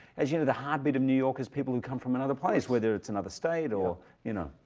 as you know, the hybrid of new york is people who come from another place, whether it's another state, or you know.